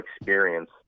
experience